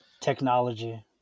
Technology